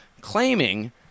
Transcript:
claiming